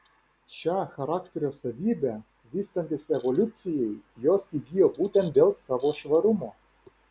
šią charakterio savybę vystantis evoliucijai jos įgijo būtent dėl savo švarumo